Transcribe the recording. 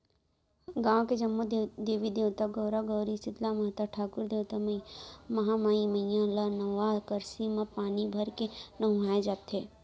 गाँव के जम्मो देवी देवता, गउरा गउरी, सीतला माता, ठाकुर देवता, महामाई मईया ल नवा करसी म पानी भरके नहुवाए जाथे